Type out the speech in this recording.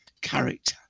character